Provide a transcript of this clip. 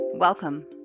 Welcome